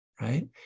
right